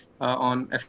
on